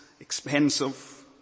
Expensive